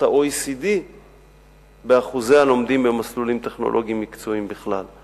ה-OECD באחוזי הלומדים במסלולים טכנולוגיים מקצועיים בכלל.